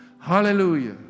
hallelujah